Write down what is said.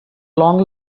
long